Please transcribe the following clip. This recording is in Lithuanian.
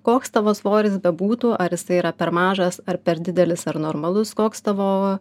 koks tavo svoris bebūtų ar jisai yra per mažas ar per didelis ar normalus koks tavo